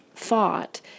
thought